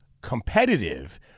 competitive